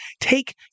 take